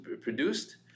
produced